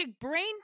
brain